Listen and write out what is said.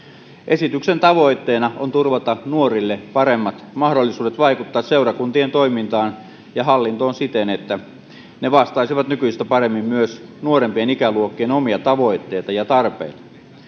Esityksen tavoitteena on turvata nuorille paremmat mahdollisuudet vaikuttaa seurakuntien toimintaan ja hallintoon siten, että ne vastaisivat nykyistä paremmin myös nuorempien ikäluokkien omia tavoitteita ja tarpeita.